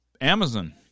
Amazon